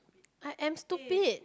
I am stupid